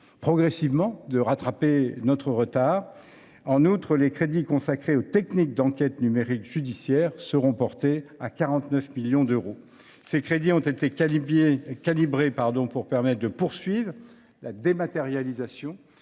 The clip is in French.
progressivement de rattraper notre retard. En outre, les crédits consacrés aux techniques d’enquêtes numériques judiciaires sont portés à 49 millions d’euros. Ces crédits ont été calibrés pour permettre de poursuivre la dématérialisation